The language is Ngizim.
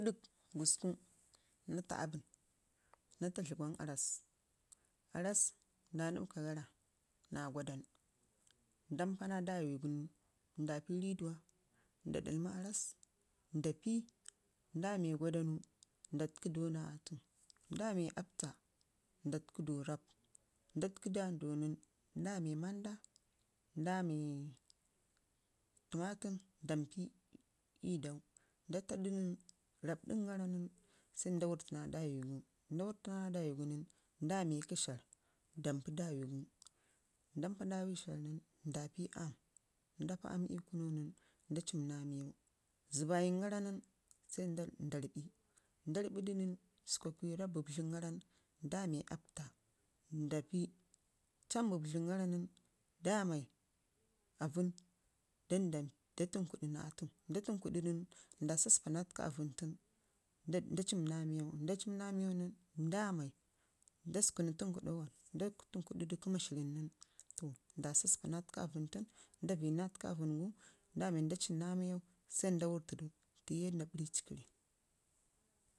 na taa dləgwan aarras, aarras nda nibka gara naa gwaddanu, ndampa naa daawi gu nən, nda pii rriduwa nda ɗalmi aarras nda pii ndami aapta da təki dau naa atu nda təka naa dau nən, ndame manda rap nda nda me tumari nda pii dau rabɗingara nən sai nda wurfii na dawigu, nda wurta na dawigu, nda wurtu na dawigu nən sai ndam pii daawi sharr ndam pa daawi sharr nən nda pii aam ii kunu nda pa, aam ii kunu nən, nda chiim naa miyau, ləbayən gara nən nda rribii nda rribu du nən, sukakuya rrap bubdləngara nən ndame appata nda pii, caam bubdlən gara nən nda met avuɘn nda tənkuri na sharrgu nda sasspii na təka aarəngu tən nda ciim naa miyau sukakuyu rrap, nən nda tənƙuɗi kə mashirr ən nən tə sasspa na təka aarən tən nda rəyyi naa təkau aauen gu ndamai nda ciim na miyau fiye nda pii dici kərri.